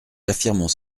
affirmons